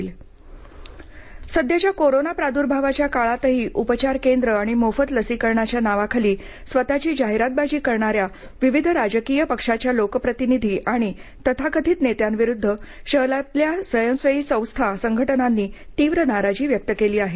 hoardings सध्याच्या corona प्रादूर्भावाच्या काळातही उपचार केंद्र आणि मोफत लसीकरणाच्या नावाखाली स्वतःची जाहिरातबाजी करणाऱ्या विविध राजकीय पक्षाच्या लोकप्रतिनिधी आणि तथाकथित नेत्यांविरुद्ध शहरातील अनेकविध स्वयंसेवी संस्था संघटनांनी तीव्र नाराजी व्यक्त केली आहे